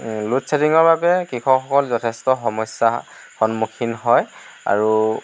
load শ্বেডিঙৰ বাবে কৃষকসকল যথেষ্ট সমস্যা সন্মুখীন হয় আৰু